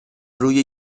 روی